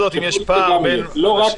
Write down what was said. לא רק